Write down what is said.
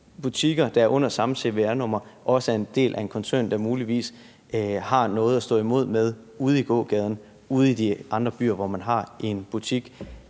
at butikker, der er under samme cvr-nummer, også er en del af en koncern, der muligvis har noget at stå imod med ude i gågaden og ude i de andre byer, hvor man har en butik,